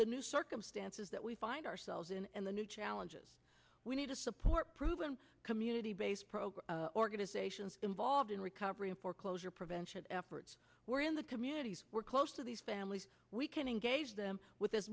the new circumstances that we find ourselves in and the new challenges we need to support proven community based program organizations involved in recovery and foreclosure prevention efforts were in the communities we're close to these families we can engage them with as